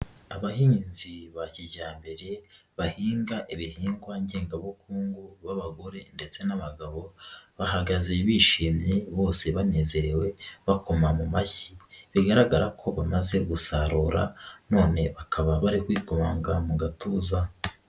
Abahinzi ba kijyambere bahinga ibihingwa ngengabukungu b'abagore ndetse n'abagabo bahagaze bishimye bose banezerewe bakoma mu mashyi bigaragara ko bamaze gusarura none bakaba bari kwikomanga mu gatuza.